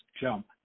jump